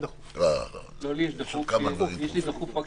לא, לא, יש עוד כמה דברים דחופים.